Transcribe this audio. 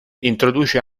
introduce